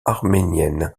arménienne